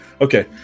Okay